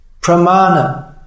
Pramana